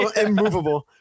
immovable